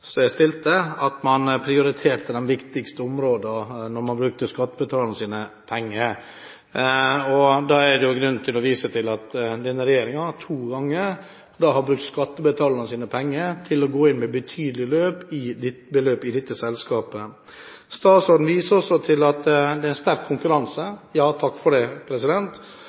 Jeg takker statsråden for svaret. I forrige spørsmål svarte statsråden på et spørsmål fra Ketil Solvik-Olsen om hvorvidt man prioriterte de viktigste områdene når man brukte skattebetalernes penger. Da er det grunn til å vise til at denne regjeringen to ganger har brukt skattebetalernes penger til å gå inn med betydelige beløp i dette selskapet. Statsråden viser også til at det er sterk konkurranse – ja, takk for det.